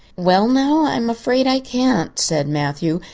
well now, i'm afraid i can't, said matthew,